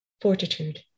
fortitude